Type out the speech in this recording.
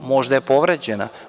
Možda je povređena.